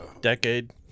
Decade